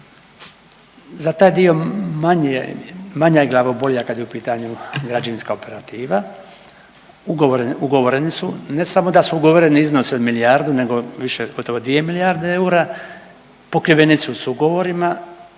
za taj dio manja je glavobolja kad je u pitanju građevinska operativa. Ugovoreni su ne samo da su ugovoreni iznosi od milijardu nego više gotovo dvije milijarde eura, pokriveni su s ugovorima